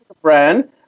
brand